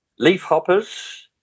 leafhoppers